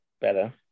Better